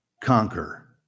conquer